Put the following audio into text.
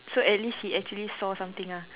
so at least he actually saw something ah